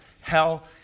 hell